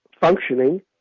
functioning